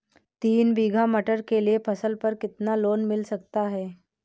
तीन बीघा मटर के लिए फसल पर कितना लोन मिल सकता है?